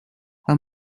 her